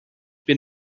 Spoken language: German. bin